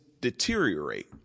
deteriorate